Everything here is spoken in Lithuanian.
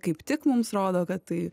kaip tik mums rodo kad tai